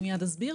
אני מיד אסביר.